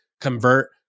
convert